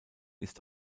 ist